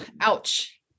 ouch